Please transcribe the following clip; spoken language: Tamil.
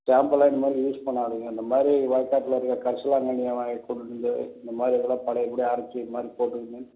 ஷாம்பெல்லாம் இனிமேல் யூஸ் பண்ணாதீங்க இந்த மாதிரி வயக்காட்டுல இருக்க கரிசலாங்கண்ணியை வாங் கொண்டுட்டு வந்து இந்த மாதிரி இதெல்லாம் பழைய படி அரைச்சி இது மாதிரி போட்டுக்கோங்க